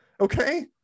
Okay